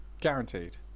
guaranteed